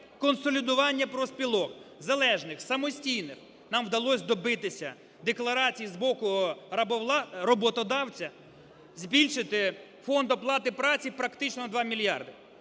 консолідування профспілок залежних, самостійних нам вдалось добитися декларації з боку роботодавця, збільшити фонд оплати праці практично на 2 мільярди.